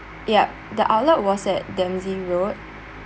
yup the outlet was at dempsey road